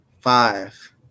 Five